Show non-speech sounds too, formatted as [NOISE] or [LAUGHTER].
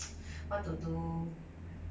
[NOISE] what to do